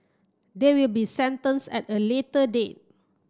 they will be sentenced at a later date